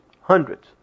hundreds